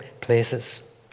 places